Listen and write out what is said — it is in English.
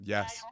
Yes